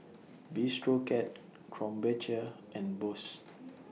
Bistro Cat Krombacher and Bose